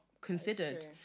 considered